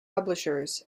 publishers